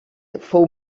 fou